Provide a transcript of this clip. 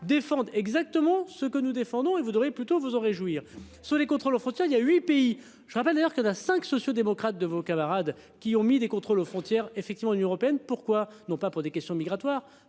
défendent exactement ce que nous défendons et vous aurez plutôt vous en réjouir sur les contrôles aux frontières, il y a 8 pays. Je rappelle d'ailleurs que dans cinq sociaux-démocrates de vos camarades qui ont mis des contrôles aux frontières effectivement une européenne pourquoi non pas pour des questions migratoires